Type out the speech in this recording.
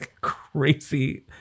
crazy